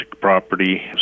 property